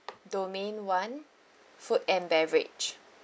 domain one food and beverage